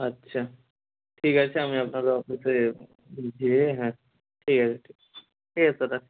আচ্ছা ঠিক আছে আমি আপনার অফিসে হুম যেয়ে হ্যাঁ ঠিক আছে ঠিক ঠিক আছে স্যার রাখুন